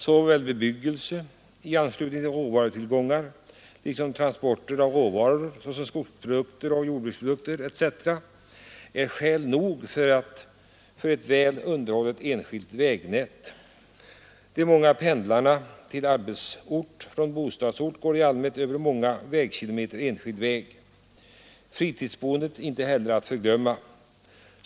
Såväl bebyggelse i anslutning till råvarutillgångar som transport av råvaror, såsom skogsprodukter och jordbruksprodukter, är skäl nog för att vi skall ha ett väl underhållet enskilt vägnät. De många pendlarna till arbetsort från bostadsort färdas i allmänhet över många vägkilometer enskild väg, fritidsboendet inte heller att förglömma.